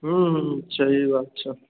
हूँ हूँ सही बात छै